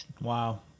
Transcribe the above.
Wow